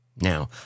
Now